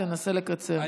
תנסה לקצר.